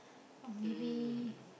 or maybe